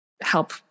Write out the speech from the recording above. help